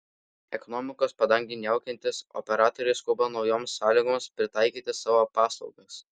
ekonomikos padangei niaukiantis operatoriai skuba naujoms sąlygoms pritaikyti savo paslaugas